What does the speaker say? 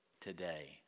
today